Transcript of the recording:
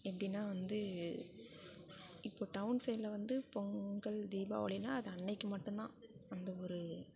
எப்படின்னா வந்து இப்போ டவுன் சைட்டில வந்து பொங்கல் தீபாவளின்னா அது அன்னைக்கு மட்டும்தான் அந்த ஒரு